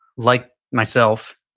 like myself,